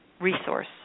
resource